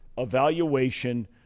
evaluation